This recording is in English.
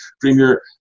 Premier